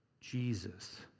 Jesus